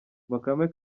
bakame